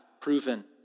proven